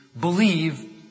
believe